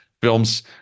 films